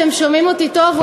אתם שומעים אותי טוב,